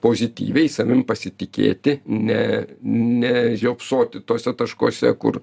pozityviai savim pasitikėti ne nežiopsoti tuose taškuose kur